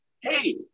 hey